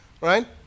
right